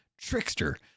Trickster